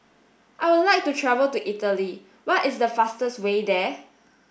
I would like to travel to Italy what is the fastest way there